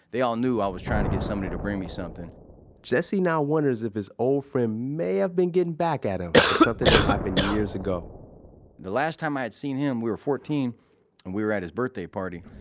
they all knew i was trying to get somebody to bring me something jesse now wonders if his old friend may have been getting back at him for something that happened years ago the last time i had seen him, we were fourteen and we were at his birthday party.